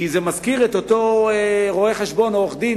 כי זה מזכיר את אותו רואה-חשבון או עורך-דין